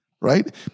Right